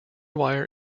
wire